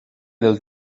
del